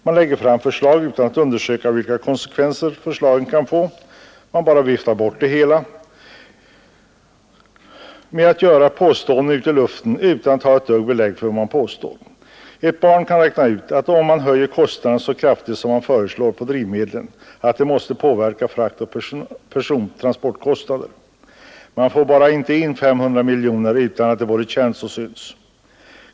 Man lägger fram förslag utan att undersöka vilka konsekvenser de kan få; man bara viftar bort det hela med påståenden ut i luften utan att ha minsta belägg för vad man påstår. Ett barn kan räkna ut att om man höjer skatten på drivmedlen så kraftigt som här föreslås så måste det påverka fraktoch persontransportkostnaderna. Man får bara inte in 500 miljoner utan att det både känns och syns.